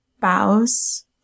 Bows